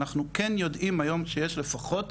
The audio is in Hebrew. אנחנו כן יודעים היום שיש לפחות,